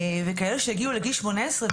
וכאלה שהגיעו לגיל שמונה עשרה,